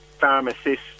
Pharmacist